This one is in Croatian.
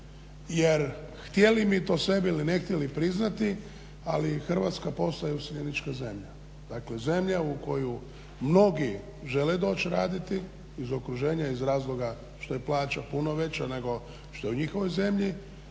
Jer htjeli mi to sebi ili ne htjeli priznati ali Hrvatska postaje useljenička zemlja, dakle zemlja u koju mnogi žele doći raditi iz okruženja iz razloga što je plaća puno veća nego što je u njihovoj zemlji,